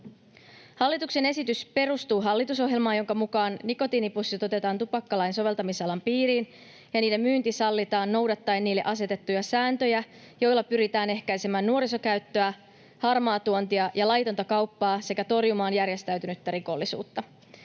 Hallituksen esitys perustuu hallitusohjelmaan, jonka mukaan nikotiinipussit otetaan tupakkalain soveltamisalan piiriin ja niiden myynti sallitaan noudattaen niille asetettuja sääntöjä, joilla pyritään ehkäisemään nuorisokäyttöä, harmaatuontia ja laitonta kauppaa sekä torjumaan järjestäytynyttä rikollisuutta.